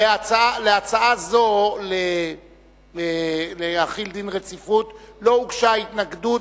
להצעה זו להחיל דין רציפות לא הוגשה התנגדות